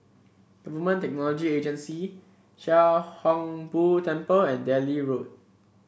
Government Technology Agency Chia Hung Boo Temple and Delhi Road